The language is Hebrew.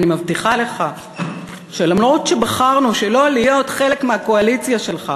אני מבטיחה לך שאף שבחרנו שלא להיות חלק מהקואליציה שלך,